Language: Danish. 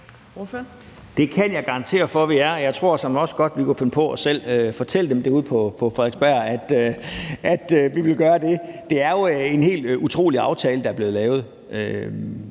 Det kan jeg garantere for vi er. Jeg tror såmænd også godt, at vi kunne finde på selv at fortælle dem det ude på Frederiksberg, altså at vi vil gøre det. Det er jo en helt utrolig aftale, der er blevet lavet,